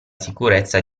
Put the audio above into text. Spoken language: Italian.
sicurezza